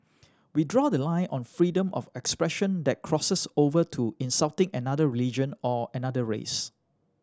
we draw the line on freedom of expression that crosses over to insulting another religion or another race